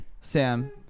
Sam